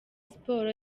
sports